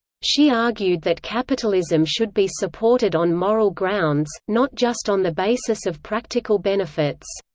she argued that capitalism should be supported on moral grounds, not just on the basis of practical benefits.